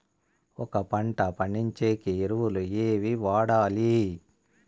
ఒక పంట పండించేకి ఎరువులు ఏవి వాడాలి?